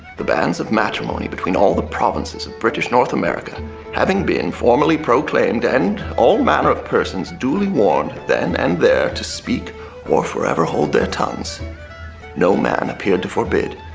the banns of matrimony between all the provinces of british north america having been formally proclaimed and all manner of persons duly warned then and there to speak or forever hold their tongues no man appeared to forbid,